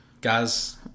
guys